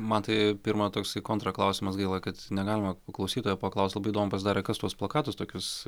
man tai pirma toksai kontraklausimas gaila kad negalima klausytojo paklaust labai įdomu pasidarė kas tuos plakatus tokius